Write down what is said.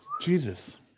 jesus